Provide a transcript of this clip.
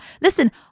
Listen